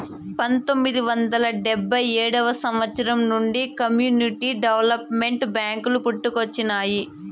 పంతొమ్మిది వందల డెబ్భై ఏడవ సంవచ్చరం నుండి కమ్యూనిటీ డెవలప్మెంట్ బ్యేంకులు పుట్టుకొచ్చినాయి